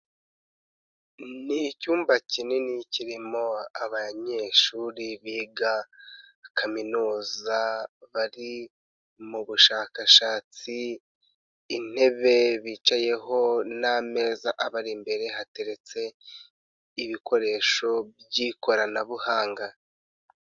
Ni icyumba kinini kirimo abanyeshuri biga Kaminuza bari mu bushakashatsi, intebe bicayeho n'ameza abari imbere hateretse ibikoresho by'ikoranabuhanga.